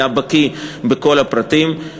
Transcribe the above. היה בקי בכל הפרטים,